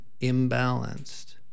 imbalanced